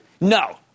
No